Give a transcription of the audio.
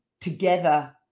together